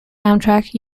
amtrak